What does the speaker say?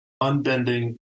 unbending